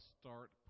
start